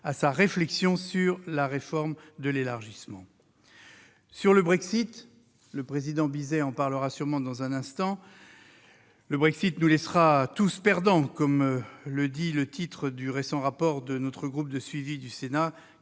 à sa réflexion sur la réforme de l'élargissement ? Sur le Brexit- le président Bizet en parlera sûrement dans un instant -, qui nous laissera « tous perdants », comme le dit le titre d'un récent rapport du groupe de suivi sur